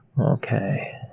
Okay